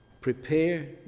prepare